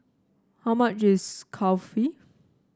how much is Kulfi